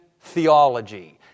theology